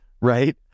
Right